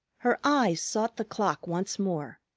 her eyes sought the clock once more,